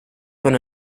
con